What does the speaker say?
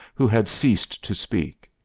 who had ceased to speak.